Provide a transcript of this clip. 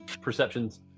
perceptions